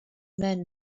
men